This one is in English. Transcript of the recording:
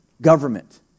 government